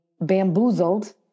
bamboozled